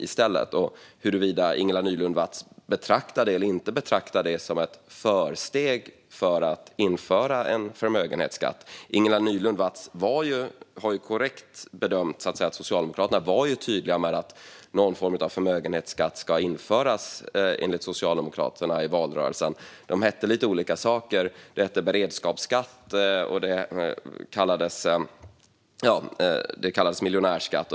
Betraktar Ingela Nylund Watz detta som ett första steg mot att införa en förmögenhetsskatt? Ingela Nylund Watz bedömning är korrekt. Socialdemokraterna var tydliga i valrörelsen när det gällde om någon form av förmögenhetsskatt skulle införas eller inte. Den hette lite olika saker, till exempel beredskapsskatt och miljonärsskatt.